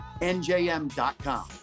NJM.com